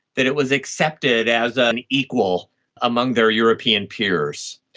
that it was accepted as an equal among their european peers.